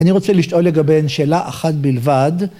אני רוצה לשאול לגבי שאלה אחת בלבד.